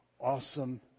awesome